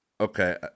Okay